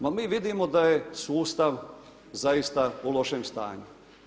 Ma mi vidimo da je sustav zaista u lošem stanju.